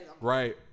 Right